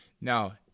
Now